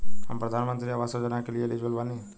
हम प्रधानमंत्री आवास योजना के लिए एलिजिबल बनी?